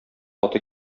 аты